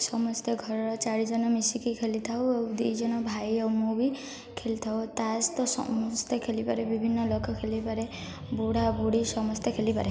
ସମସ୍ତେ ଘରର ଚାରିଜଣ ମିଶିକି ଖେଳି ଥାଉ ଆଉ ଦୁଇଜଣ ଭାଇ ଆଉ ମୁଁ ବି ଖେଳି ଥାଉ ତାସ୍ ତ ସମସ୍ତେ ଖେଳିପାରେ ବିଭିନ୍ନ ଲୋକ ଖେଳିପାରେ ବୁଢ଼ା ବୁଢ଼ୀ ସମସ୍ତେ ଖେଳିପାରେ